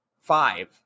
five